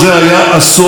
של התעצמות,